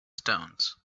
stones